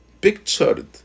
pictured